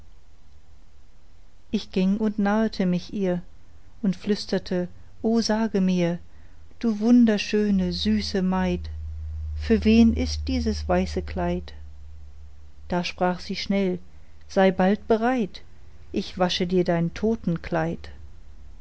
ich ging und nahete mich ihr und flüsterte o sage mir du wunderschöne süße maid für wen ist dieses weiße kleid da sprach sie schnell sei bald bereit ich wasche dir dein